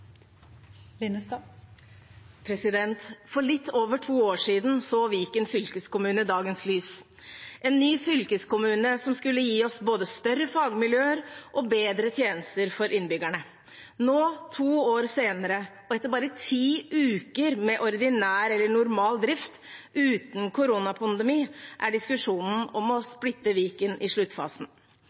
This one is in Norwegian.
kommentere. For litt over to år siden så Viken fylkeskommune dagens lys – en ny fylkeskommune som skulle gi oss både større fagmiljøer og bedre tjenester for innbyggerne. Nå, to år senere og etter bare ti uker med normal drift uten koronapandemi, er diskusjonen om å splitte Viken i sluttfasen.